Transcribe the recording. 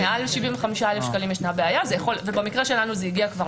במקרה שלנו זה כבר הגיע